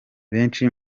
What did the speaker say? benshi